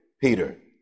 Peter